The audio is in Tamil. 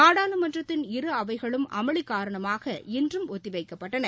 நாடாளுமன்றத்தின் இரு அவைகளும் அமளி காரணமாக இன்றும் ஒத்திவைக்கப்பட்டன